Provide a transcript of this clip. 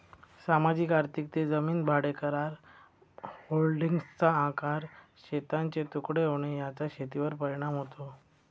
सामाजिक आर्थिक ते जमीन भाडेकरार, होल्डिंग्सचा आकार, शेतांचे तुकडे होणे याचा शेतीवर परिणाम होतो